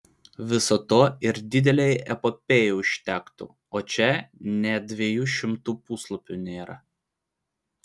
viso to ir didelei epopėjai užtektų o čia nė dviejų šimtų puslapių nėra